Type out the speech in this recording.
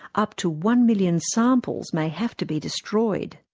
up to one-million samples may have to be destroyed.